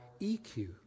EQ